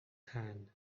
tan